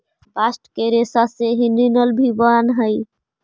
bast के रेसा से ही लिनन भी बानऽ हई